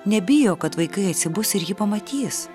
nebijo kad vaikai atsibus ir jį pamatys